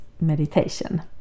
Meditation